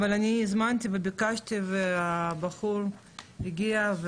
אבל אני הזמנתי וביקשתי והבחור הגיע,